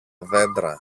δέντρα